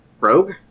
Rogue